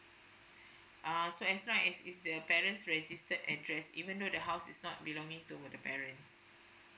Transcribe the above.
ah so as long as is the parents registered address even though the house is not belonging to the parent